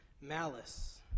malice